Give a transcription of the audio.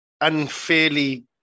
unfairly